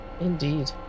Indeed